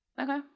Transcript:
Okay